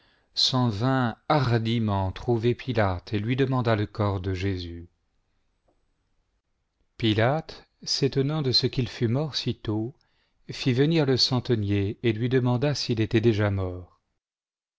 hardiment trouver pilate et w demanda le corps de jésus pilote s'étonnant de ce qu'il fut mort sitôt fit venir le centenier et lui demanda s'il était déjà mort